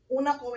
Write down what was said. una